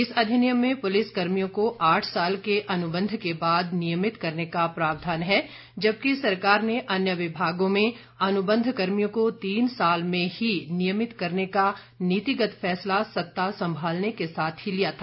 इस अधिनियम में पुलिस कर्मियों को आठ साल के अनुबंध के बाद नियमित करने का प्रावधान है जबकि सरकार ने अन्य विभागों में अनुबंध कर्मियों को तीन साल में ही नियमित करने का नीतिगत फैसला सत्ता संभालने के साथ ही लिया था